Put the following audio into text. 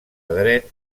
dret